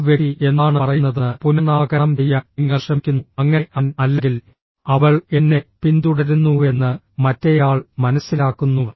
ആ വ്യക്തി എന്താണ് പറയുന്നതെന്ന് പുനർനാമകരണം ചെയ്യാൻ നിങ്ങൾ ശ്രമിക്കുന്നു അങ്ങനെ അവൻ അല്ലെങ്കിൽ അവൾ എന്നെ പിന്തുടരുന്നുവെന്ന് മറ്റേയാൾ മനസ്സിലാക്കുന്നു